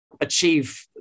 achieve